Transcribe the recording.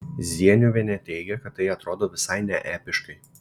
zieniuvienė teigia kad tai atrodo visai neepiškai